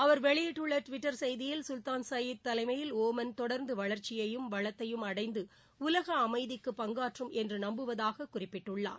அவர் வெளியிட்டுள்ள டுவிட்டர் செய்தியில் Sultan Said தலைமயில் ஒமன் தொடர்ந்து வளர்ச்சியையும் வளத்தையும் அடைந்து உலக அமைதிக்கு பங்காற்றும் என்று நம்புவதாக பிரதமர் குறிப்பிட்டுள்ளார்